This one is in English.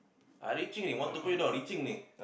ah reaching already want to pay or not reaching already